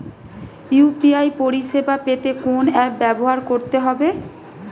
UPI পরিসেবা পেতে কোন অ্যাপ ব্যবহার করতে হবে?